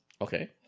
Okay